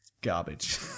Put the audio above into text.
Garbage